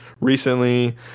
recently